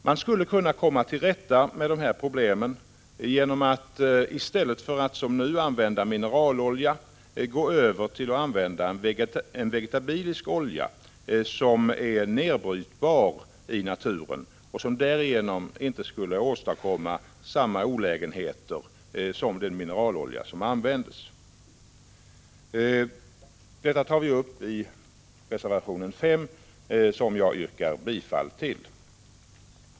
Man skulle kunna komma till rätta med dessa problem genom att gå över till att använda en vegetabilisk olja, som är nedbrytbar i naturen och som därigenom inte skulle åstadkomma samma olägenheter som den mineralolja som nu används. Detta tar vi upp i reservationen 5, som jag yrkar bifall till.